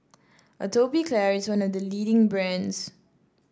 Atopiclair is one of the leading brands